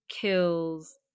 kills